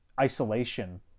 isolation